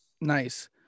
Nice